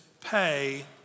pay